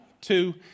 two